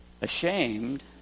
ashamed